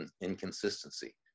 inconsistency